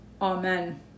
Amen